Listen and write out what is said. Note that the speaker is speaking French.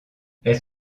elles